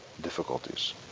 difficulties